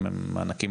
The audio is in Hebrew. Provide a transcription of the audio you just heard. מענקים